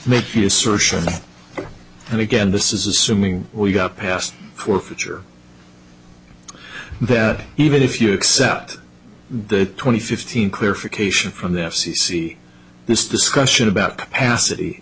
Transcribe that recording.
the assertion and again this is assuming we got past or future that even if you accept the twenty fifteen clear for cation from the f c c this discussion about capacity